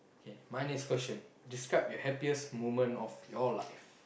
K my next question describe your happiest moment of your life